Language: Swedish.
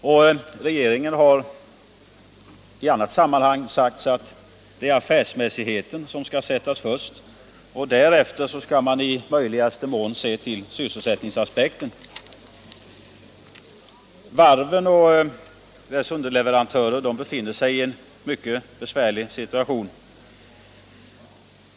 Regeringen här i landet har i annat sammanhang sagt att affärsmässigheten skall sättas främst, och därefter skall man i möjligaste mån se till sysselsätt ningsaspekten. Varven och deras underleverantörer befinner sig i en mycket besvärlig situation.